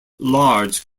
large